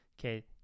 Okay